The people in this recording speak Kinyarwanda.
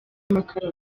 amakara